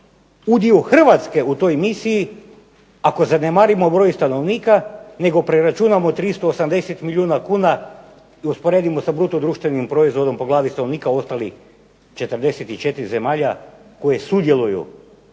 udio Hrvatske u toj misiji ako zanemarimo broj stanovnika nego preračunamo 380 milijuna kuna i usporedimo sa BDP-om po glavi stanovnika ostalih 44 zemalja koje sudjeluju u